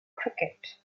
cricket